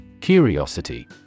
Curiosity